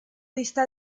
dista